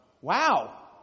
Wow